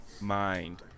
mind